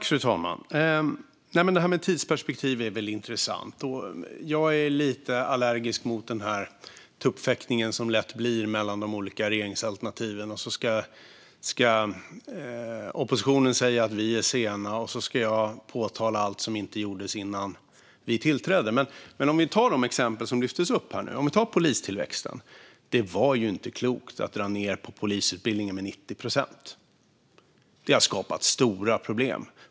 Fru talman! Det här med tidsperspektiv är intressant. Jag är lite allergisk mot den tuppfäktning som det lätt blir mellan de olika regeringsalternativen. Oppositionen ska säga att vi är sena, och jag ska påtala allt som inte gjordes innan vi tillträdde. Men vi kan ta de exempel som lyftes upp här, som polistillväxten. Det var inte klokt att dra ned på polisutbildningen med 90 procent - det har skapat stora problem.